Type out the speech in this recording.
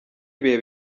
ibihe